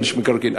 כן, מקרקעין.